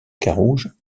carouge